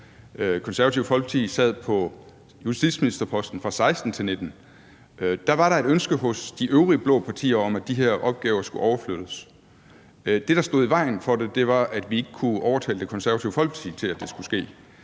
Konservative Folkeparti sad på justitsministerposten fra 2016-2019, var der et ønske hos de øvrige blå partier om, at de opgaver skulle overflyttes. Det, der stod i vejen for det, var, at vi ikke kunne overtale Det Konservative Folkeparti til, at det skulle ske.